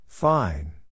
Fine